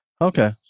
Okay